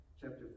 chapter